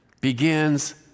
begins